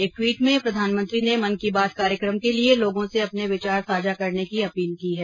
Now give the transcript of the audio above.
एक ट्वीट में प्रधानमंत्री ने मन की बात कार्यक्रम के लिए लोगों से अपने विचार साझा करने की अपील की है